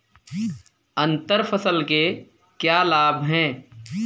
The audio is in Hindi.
अंतर फसल के क्या लाभ हैं?